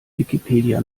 wikipedia